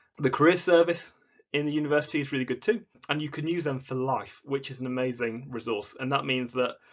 the careers service in the university is really good too and you can use them for life which is an amazing resource and that means that,